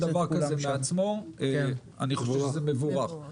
אם מתקבל דבר כזה מעצמו אני חושב שזה מבורך.